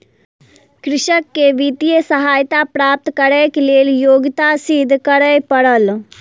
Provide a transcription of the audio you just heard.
कृषक के वित्तीय सहायता प्राप्त करैक लेल योग्यता सिद्ध करअ पड़ल